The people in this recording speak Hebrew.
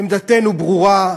עמדתנו ברורה: